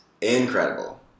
incredible